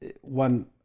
one